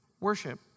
worship